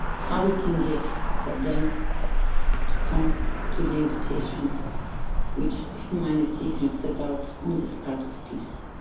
how we can give for them to come to the invitation which humanity has set out on this path of peace.